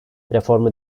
reformu